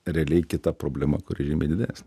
realiai kita problema kuri žymiai didės